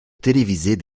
télévisée